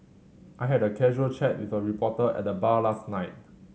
I had a casual chat with a reporter at the bar last night